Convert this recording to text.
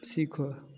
सीखो